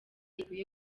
ikwiye